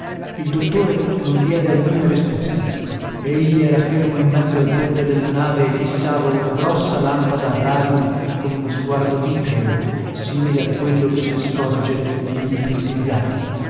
il dottore non diede alcuna risposta egli era fermo in mezzo al ponte della nave e fissava una grossa lampada a radium con uno sguardo vitreo simile a quello che si scorge negli ipnotizzati